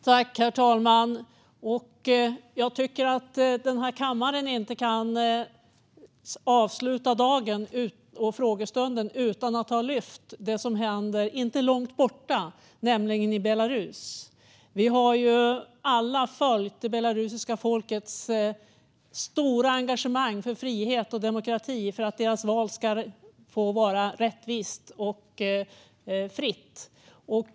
Herr talman! Jag tycker att den här kammaren inte kan avsluta dagen och frågestunden utan att ha lyft upp det som händer inte särskilt långt borta, i Belarus. Vi har alla följt det belarusiska folkets stora engagemang för frihet och demokrati, för att deras val ska vara rättvist och fritt.